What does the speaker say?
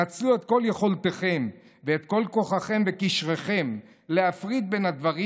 נצלו את כל יכולתכם ואת כל כוחכם וקשריכם להפריד בין הדברים